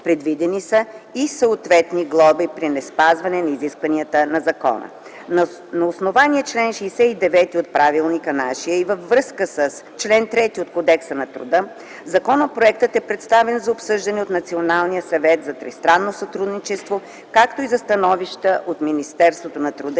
Предвидени са и съответни глоби при неспазване на изискванията на закона. На основание чл. 69 от Правилника за организацията и дейността на Народното събрание и във връзка с чл. 3 от Кодекса на труда законопроектът е предоставен за обсъждане от Националния съвет за тристранно сътрудничество, както и за становища от Министерството на труда